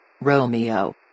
Romeo